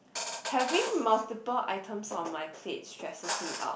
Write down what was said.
having multiple items on my plate stresses me out